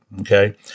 okay